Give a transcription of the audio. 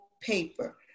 paper